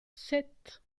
sept